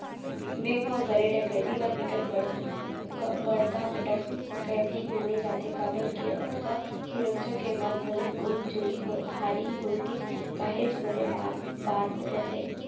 bank म करे डकैती ल बिकट बड़का डकैती माने जाथे काबर के अतका सुरक्छा के बाद घलोक कहूं चोरी हारी होगे काहेच बड़े बात बात हरय